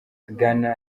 ghana